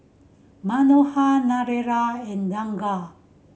Manohar Narendra and Ranga